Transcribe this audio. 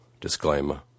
disclaimer